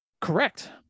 Correct